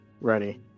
ready